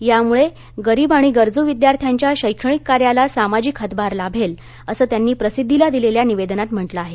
यामुळे गरीब आणि गरजू विद्यार्थ्यांच्या शैक्षणिक कार्याला सामाजिक हातभार लाभेल असं त्यांनी प्रसिद्वीला दिलेल्या निवेदनात म्हटलं आहे